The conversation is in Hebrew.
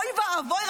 אוי ואבוי,